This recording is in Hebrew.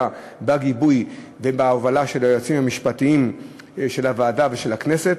בגיבוי ובהובלה של היועצים המשפטיים של הוועדה ושל הכנסת,